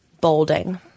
Bolding